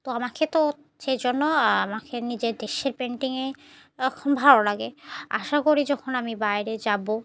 তো আমাকে তো সেই জন্য আমাকে নিজের দেশের পেন্টিংয়ে এখন ভালো লাগে আশা করি যখন আমি বাইরে যাবো